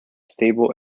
stable